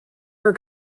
her